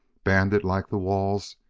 banded like the walls,